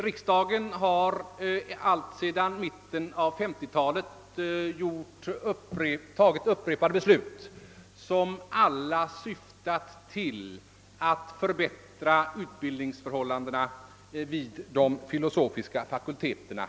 Alltsedan mitten av 1950-talet har riksdagen fattat upprepade beslut som alla syftat till att förbättra utbildningsförhållandena vid de filosofiska fakulteterna.